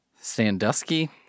Sandusky